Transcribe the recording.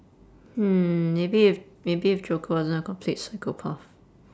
hmm maybe if maybe if joker wasn't a complete psychopath